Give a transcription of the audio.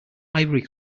ivory